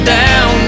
down